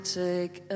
take